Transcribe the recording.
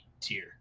tier